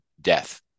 death